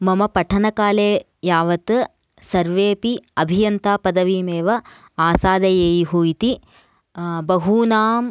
मम पठनकाले यावत् सर्वेऽपि अभियन्ता पदवीमेव आसादयेयुः इति बहूनां